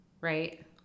right